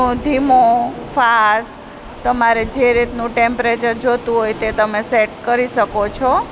ધીમો ફાસ તમારે જે રીતનું ટેમ્પરેચર જોઈતું હોય તે તમે સેટ કરી શકો છો